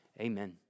Amen